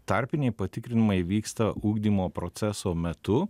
tarpiniai patikrinimai vyksta ugdymo proceso metu